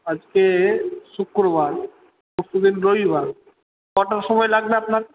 আজকে শুক্রবার পরশু দিন রবিবার কটার সময় লাগবে আপনার